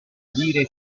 dire